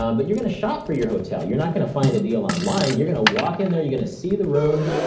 um but you're going to shop for your hotel. you're not going to find a deal online. you're going to walk in there, you're going to see the room.